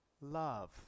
love